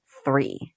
Three